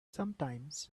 sometimes